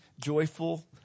joyful